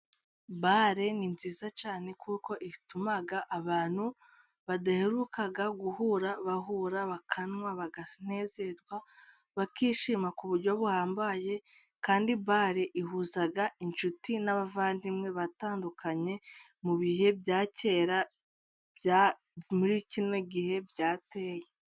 Bare ni nziza cyane kuko ituma abantu badaheruka guhura bahura, bakanywa, bakanezerwa, bakishima ku buryo buhambaye, kandi bare ihuza inshuti n'abavandimwe batandukanye mu bihe bya kera muri kino gihe byateye.